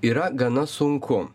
yra gana sunku